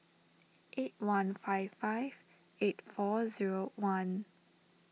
eight one five five eight four zero one